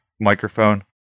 microphone